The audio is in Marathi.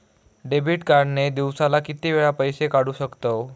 डेबिट कार्ड ने दिवसाला किती वेळा पैसे काढू शकतव?